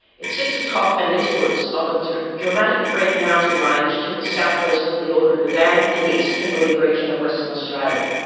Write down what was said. it sits atop and eastwards of a dramatic red mountain range to the south west of the ord river dam in the east kimberley region of western australia.